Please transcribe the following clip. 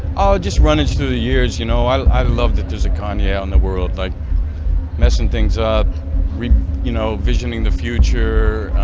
i'll just run it through the years you know i love that there's a kanye in the world like messing things up we you know visioning the future